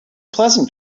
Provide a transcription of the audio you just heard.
pleasant